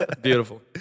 beautiful